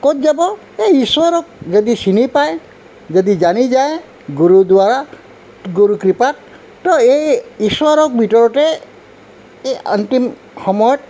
ক'ত যাব এই ঈশ্বৰক যদি চিনি পায় যদি জানি যায় গুৰুদ্বাৰা গুৰু কৃপাত ত' এই ঈশ্বৰক ভিতৰতে এই অন্তিম সময়ত